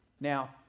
Now